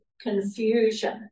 confusion